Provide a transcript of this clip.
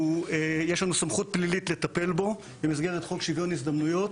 יש לנו סמכות פלילית לטפל בו במסגרת חוק שוויון הזדמנויות.